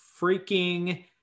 freaking